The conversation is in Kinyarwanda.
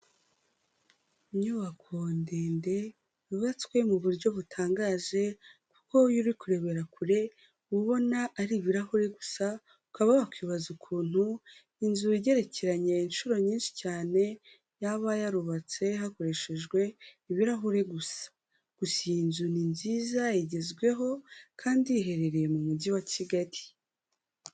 Inyubako ndende yubatswe mu buryo butangaje, kuko iyo uri kurebera kure, uba ubona ari ibirahuri gusa, ukaba wakwibaza ukuntu, inzu igerekeranye inshuro nyinshi cyane yaba yarubatswe hakoreshejwe ibirahuri gusa, gusa iyi nzu ni nziza igezweho, kandi iherereye mu Mujyi wa Kigali.